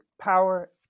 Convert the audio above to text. Power